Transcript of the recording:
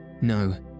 No